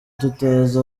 tutazi